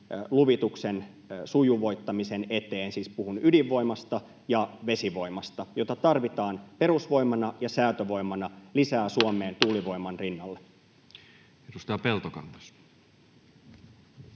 luvituksen sujuvoittamisen eteen? Siis puhun ydinvoimasta ja vesivoimasta, joita tarvitaan perusvoimana ja säätövoimana lisää Suomeen tuulivoiman rinnalle. [Speech